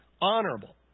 honorable